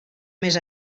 més